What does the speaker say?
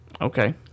okay